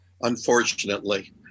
Unfortunately